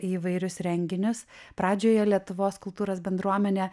į įvairius renginius pradžioje lietuvos kultūros bendruomenė